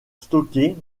stockées